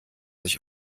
ich